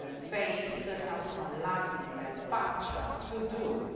ah face comes from latin, faca, to do.